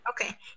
Okay